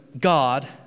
God